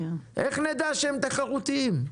איך נדע שהם תחרותיים?